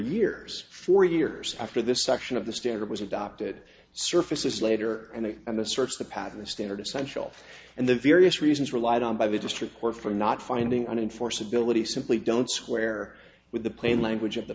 years for years after this section of the standard was adopted surfaces later and they and the search the pattern the standard essential and the various reasons relied on by the district court for not finding on enforceability simply don't square with the plain language of the